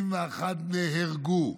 21 נהרגו,